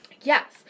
Yes